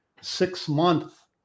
six-month